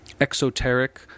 exoteric